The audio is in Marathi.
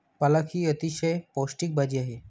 पालक ही अतिशय पौष्टिक भाजी आहे